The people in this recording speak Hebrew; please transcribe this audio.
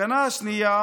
הסכנה השנייה